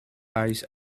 ice